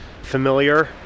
familiar